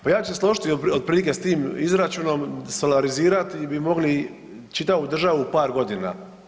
Pa ja ću se složiti otprilike s tim izračunom, solarizirati bi mogli čitavu državu par godina.